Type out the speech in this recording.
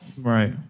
Right